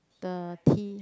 the tea